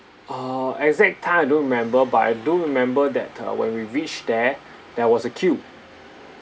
uh exact time I don't remember but I do remember that uh when we reached there there was a queue